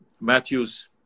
Matthews